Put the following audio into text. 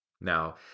Now